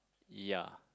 ya